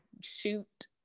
shoot